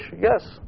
Yes